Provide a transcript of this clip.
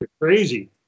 crazy